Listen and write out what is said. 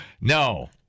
no